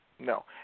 No